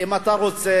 אם אתה רוצה.